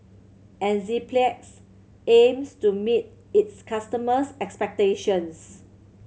Enzyplex aims to meet its customers' expectations